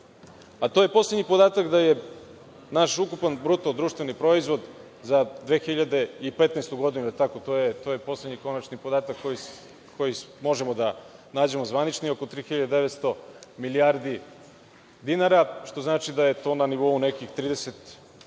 a to je poslednji podatak da je naš ukupan BDP za 2015. godinu, to je poslednji konačni podatak koji možemo da nađemo zvanično, oko 3.900 milijardi dinara, što znači da je to na nivou nekih